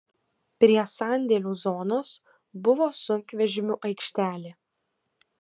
prie sandėlių zonos buvo sunkvežimių aikštelė